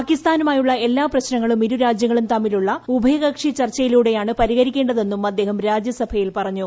പാകിസ്ഥാനുമായുള്ള എല്ലാ പ്രശ്നങ്ങളും ഇരുരാജ്യങ്ങളും ഉഭയകക്ഷി ചർച്ചയിലൂടെയാണ് പരിഹരിക്കേണ്ടത്ത്ത്നു് അദ്ദേഹം രാജ്യസഭയിൽ പറഞ്ഞു